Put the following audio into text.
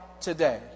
today